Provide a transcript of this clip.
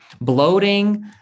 bloating